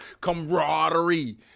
camaraderie